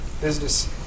business